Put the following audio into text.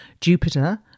Jupiter